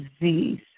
disease